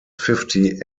fifty